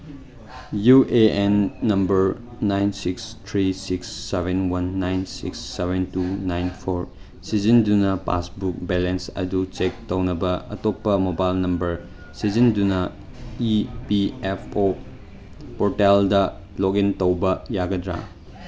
U A N number nine three six seven one nine six seven two nine for ꯁꯤꯖꯤꯟꯅꯗꯨꯅ passbook balance ꯑꯗꯨ check ꯇꯧꯅꯕ ꯑꯇꯣꯞꯄ mobile number ꯁꯤꯖꯤꯟꯅꯗꯨꯅ E P F O ꯄꯣꯔꯇꯦꯜꯗ login ꯇꯧꯕ ꯌꯥꯒꯗ꯭ꯔꯥ